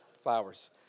flowers